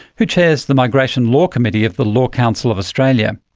who chairs the migration law committee of the law council of australia.